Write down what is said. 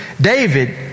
David